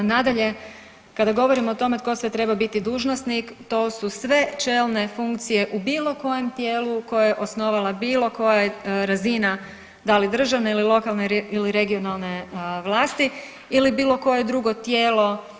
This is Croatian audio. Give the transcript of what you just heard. Nadalje, kada govorimo o tome tko sve treba biti dužnosnik, to su sve čelne funkcije u bilo kojem tijelu koje je osnovala bilo koja razina da li državne ili lokalne ili regionalne vlasti ili bilo koje drugo tijelo.